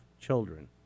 Children